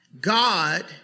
God